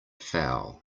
foul